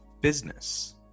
business